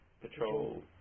Patrol